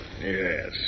Yes